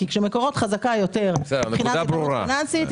כי כשמקורות חזקה יותר מבחינה פיננסית,